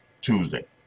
Tuesday